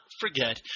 forget